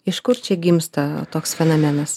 iš kur čia gimsta toks fenomenas